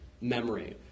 memory